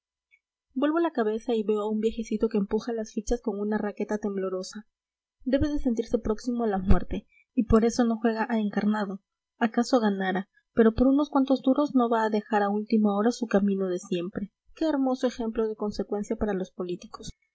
vuelvo la cabeza y veo a un viejecito que empuja las fichas con una raqueta temblorosa debe de sentirse próximo a la muerte y por eso no juega a encarnado acaso ganara pero por unos cuantos duros no va a dejar a última hora su camino de siempre qué hermoso ejemplo de consecuencia para los políticos